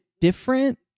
different